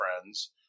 friends